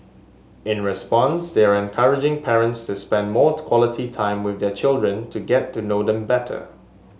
in response they are encouraging parents to spend more quality time with their children to get to know them better